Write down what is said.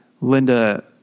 Linda